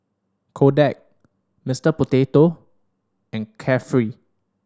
Kodak Mister Potato and Carefree